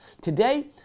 Today